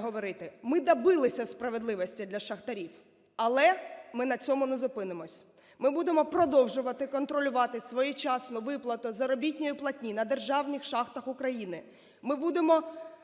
говорити. Ми добилися справедливості для шахтарів, але ми на цьому не зупинимося. Ми будемо продовжувати контролювати своєчасну виплату заробітної платні на державних шахтах України.